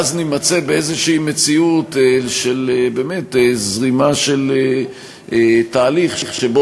ואז נימצא באיזו מציאות של זרימה של תהליך שבו